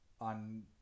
on